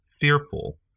fearful